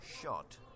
shot